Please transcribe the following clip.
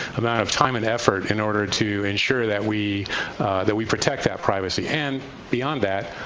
amount of time and effort in order to ensure that we that we protect that privacy. and beyond that,